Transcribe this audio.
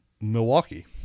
Milwaukee